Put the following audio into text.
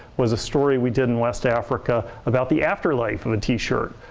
was a story we did in west africa about the afterlife of a t-shirt.